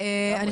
יש